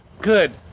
Good